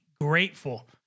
grateful